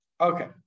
Okay